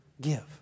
Give